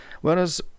whereas